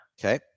Okay